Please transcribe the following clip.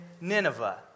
Nineveh